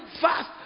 fast